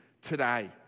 Today